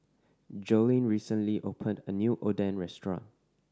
Joleen recently opened a new Oden restaurant